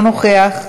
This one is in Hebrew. אינו נוכח,